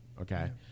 Okay